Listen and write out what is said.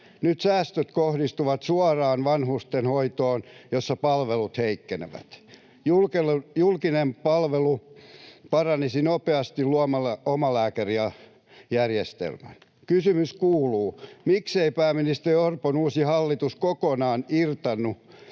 Nyt säästöt kohdistuvat suoraan vanhustenhoitoon, jossa palvelut heikkenevät. Julkinen palvelu paranisi nopeasti luomalla omalääkärijärjestelmä. Kysymys kuuluu, miksei pääministeri Orpon uusi hallitus kokonaan irtaannu